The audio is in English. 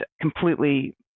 completely